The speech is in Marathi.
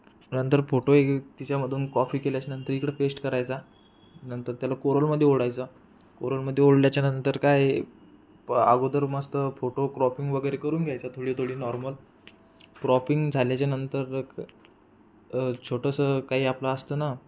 नंतर फोटो तिच्यामधून कॉफी केल्याच्या नंतर इकडे पेश्ट करायचा नंतर त्याला कोरलमधे ओढायचं कोरलमधे ओढल्याच्या नंतर काय अगोदर मस्त फोटो क्रॉपिंग वगैरे करून घ्यायचा थोडीथोडी नॉर्मल क्रॉपिंग झाल्याच्या नंतर छोटंसं काही आपलं असतं ना